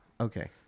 Okay